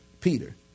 Peter